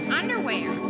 underwear